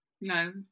No